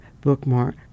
bookmark